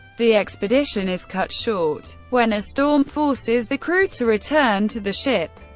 the expedition is cut short when a storm forces the crew to return to the ship.